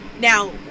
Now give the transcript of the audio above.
Now